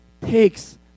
takes